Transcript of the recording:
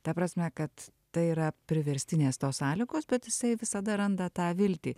ta prasme kad tai yra priverstinės tos sąlygos bet jisai visada randa tą viltį